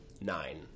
Nine